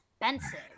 expensive